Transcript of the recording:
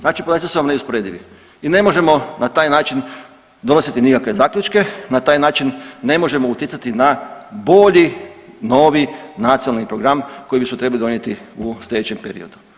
Znači podaci su vam neusporedivi i ne možemo na taj način donositi nikakve zaključke, na taj način ne možemo utjecati na bolji novi nacionalni program koji bismo trebali donijeti u slijedećem periodu.